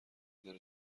داره